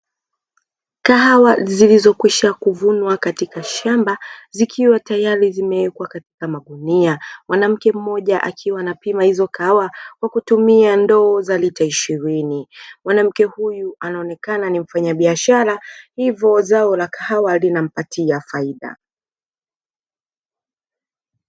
Kahawa zilizokwisha kuvunwa katika shamba zikiwa tayari zimewekwa katika magunia, mwanamke mmoja akiwa anapima hizo kahawa kwa kutumia ndoo za lita ishirini. Mwanamke huyu anaonekana ni mfanyabiashara hivo zao la kahawa linampatia faida.